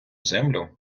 землю